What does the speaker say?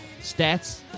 stats